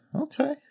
Okay